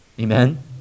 Amen